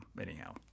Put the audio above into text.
anyhow